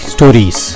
Stories